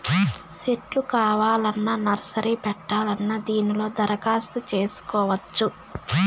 సెట్లు కావాలన్నా నర్సరీ పెట్టాలన్నా దీనిలో దరఖాస్తు చేసుకోవచ్చు